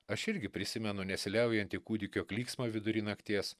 aš irgi prisimenu nesiliaujantį kūdikio klyksmą vidury nakties